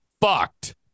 fucked